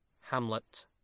Hamlet